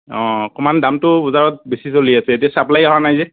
অঁ অকণমান দামটো বজাৰত বেছি চলি আছে এতিয়া চাপ্লাই অহা নাই যে